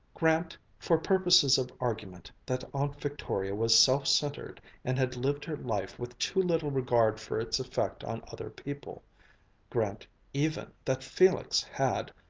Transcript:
grant, for purposes of argument, that aunt victoria was self-centered and had lived her life with too little regard for its effect on other people grant even that felix had,